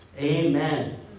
Amen